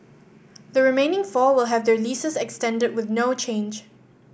the remaining four will have their leases extended with no change